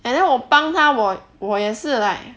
and then 我帮她我我也是 like